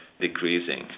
decreasing